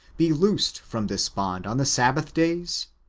be loosed from this bond on the sabbath days?